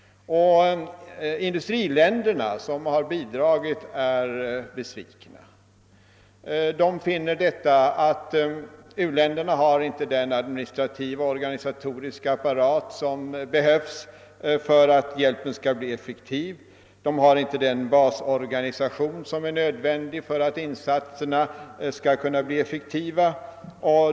Industriländerna, som har bidragit, är också besvikna. De finner att u-länderna inte har den administrativa och organisatoriska apparat som behövs för att hjälpen skall bli effektiv och inte heller den basorganisation som är nödvändig för att insatserna skall kunna bli effektiva.